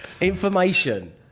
Information